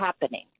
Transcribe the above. happening